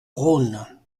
rhône